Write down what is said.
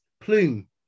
plume